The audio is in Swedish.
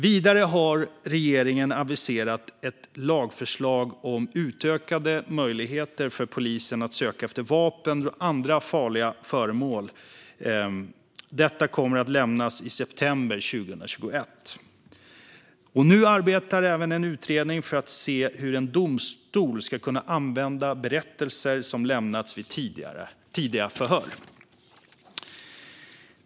Vidare har regeringen aviserat ett lagförslag om utökade möjligheter för polisen att söka efter vapen och andra farliga föremål. Detta förslag kommer att lämnas i september 2021. Nu arbetar även en utredning för att se hur en domstol ska kunna använda berättelser som lämnats vid tidiga förhör.